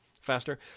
faster